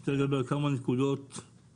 אני רוצה לדבר על כמה נקודות ממוקדות,